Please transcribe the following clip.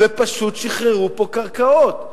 פשוט שחררו פה קרקעות.